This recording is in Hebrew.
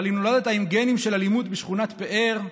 אבל אם נולדת עם גנים של אלימות בשכונת פאר,